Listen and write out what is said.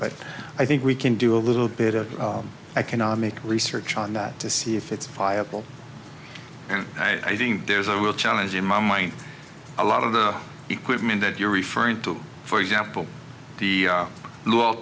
but i think we can do a little bit of economic research on that to see if it's viable and i think there's a real challenge in my mind a lot of the equipment that you're referring to for example the